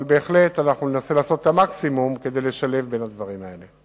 אנחנו ננסה לעשות את המקסימום כדי לשלב בין הדברים האלה.